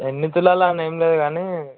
ఎన్ని తులాలు అని ఏమి లేదు కానీ